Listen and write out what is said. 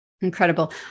Incredible